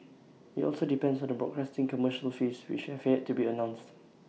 IT also depends on the broadcasting commercial fees which have yet to be announced